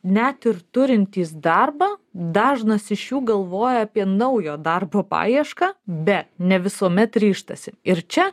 net ir turintys darbą dažnas iš jų galvoja apie naujo darbo paiešką bet ne visuomet ryžtasi ir čia